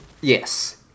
Yes